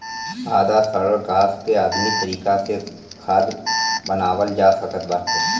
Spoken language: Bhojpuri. आधा सड़ल घास के आधुनिक तरीका से खाद बनावल जा सकत बाटे